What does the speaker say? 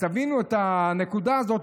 אז תבינו את הנקודה הזאת.